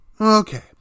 okay